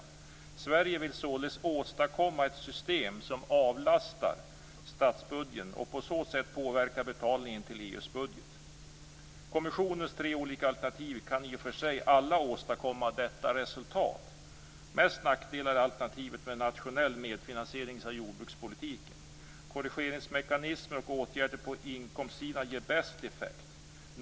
Sverige vill således åstadkomma ett system som avlastar statsbudgeten och på så sätt påverkar betalningarna till EU:s budget. Kommissionens tre olika alternativ kan i och för sig alla åstadkomma detta resultat. Mest nackdelar har alternativet med nationell medfinansiering av jordbrukspolitiken. Korrigeringsmekanismen och åtgärder på inkomstsidan ger bäst effekt.